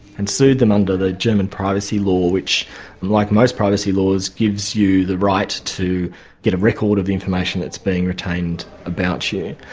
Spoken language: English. and sued them under the german privacy law, which like most privacy laws gives you the right to get a record of the information that's being retained about you.